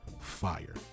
fire